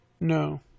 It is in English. No